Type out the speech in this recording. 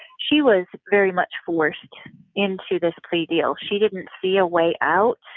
she was very much forced into this plea deal. she didn't see a way out,